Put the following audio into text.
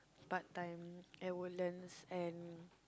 part time at Woodlands and